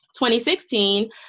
2016